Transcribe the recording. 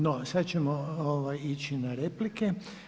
No, sad ćemo ići na replike.